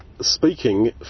speaking